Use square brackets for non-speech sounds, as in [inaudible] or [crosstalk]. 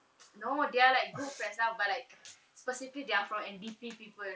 [noise] no they are like good friends lah but like specifically they are from N_D_P people